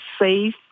safe